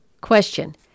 Question